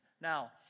Now